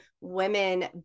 women